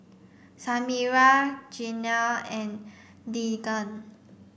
Samira Glenna and Deegan